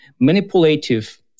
manipulative